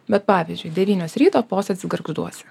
vat pavyzdžiui devynios ryto posėdis gargžduose